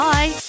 Bye